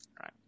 right